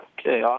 okay